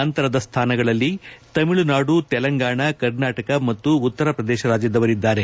ನಂತರದ ಸ್ವಾನಗಳಲ್ಲಿ ತಮಿಳುನಾಡು ತೆಲಂಗಾಣ ಕರ್ನಾಟಕ ಮತ್ತು ಉತ್ತರ ಪ್ರದೇಶ ರಾಜ್ಯದವರಿದ್ದಾರೆ